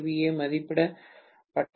2 kVA மதிப்பிடப்பட்ட சக்தியை வழங்கும்